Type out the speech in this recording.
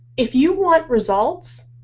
if you want results,